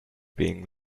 being